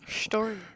Story